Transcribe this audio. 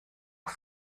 auf